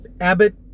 Abbott